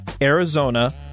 Arizona